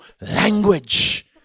language